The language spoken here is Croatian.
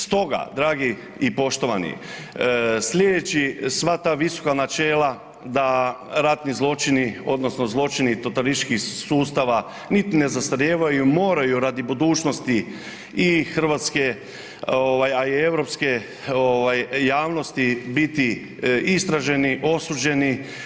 Stoga dragi i poštovani, slijedeći sva ta visoka načela da ratni zločini odnosno zločini totalitarističkih sustava niti ne zastarijevaju moraju radi budućnosti i hrvatska, a i europske javnosti biti istraženi, osuđeni.